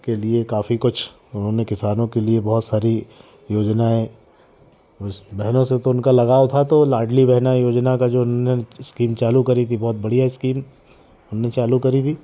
के लिए काफ़ी कुछ उन्होंने किसानों के लिए बहुत सारी योजनाएँ बहनों से तो उनका लगाव था तो लाडली बहना योजना का जो उन्होनें स्कीम चालू करी थी बहुत बढ़िया इस्कीम उन्होनें चालू करी थी